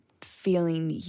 feeling